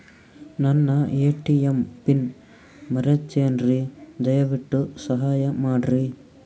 ನನ್ನ ATM PIN ಮರೆತೇನ್ರೀ, ದಯವಿಟ್ಟು ಸಹಾಯ ಮಾಡ್ರಿ